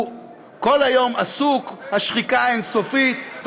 הוא כל היום עסוק, השחיקה אין-סופית.